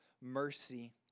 mercy